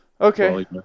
Okay